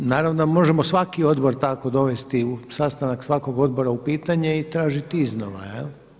Naravno možemo svaki odbor tako dovesti, sastanak svakog odbora u pitanje i tražiti iznova.